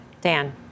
Dan